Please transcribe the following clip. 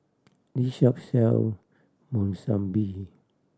this shop sell Monsunabe